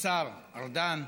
השר ארדן,